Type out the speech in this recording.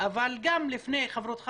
וגם בוועדות אחרות,